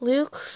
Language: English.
Luke